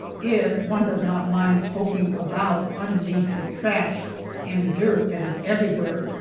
if one does not mind poking about underneath the trash and dirt that is everywhere.